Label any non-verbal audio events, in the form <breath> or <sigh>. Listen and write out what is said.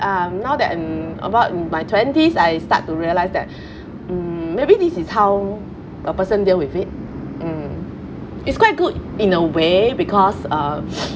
um now that I'm about in my twenties I start to realise that <breath> mm maybe this is how a person deal with it mm it's quite good in a way because uh <noise>